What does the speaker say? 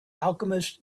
alchemist